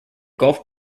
gulf